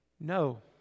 No